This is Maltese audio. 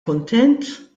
kuntent